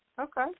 Okay